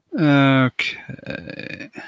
Okay